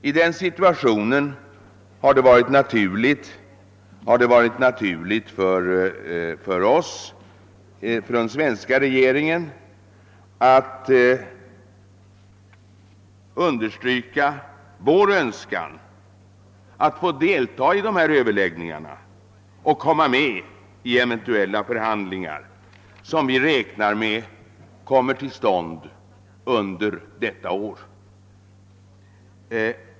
I den situationen har det varit naturligt för den svenska regeringen att understryka vår önskan att få delta i dessa överläggningar och komma med i de eventuella förhandlingar som vi räknar med skall komma till stånd under detta år.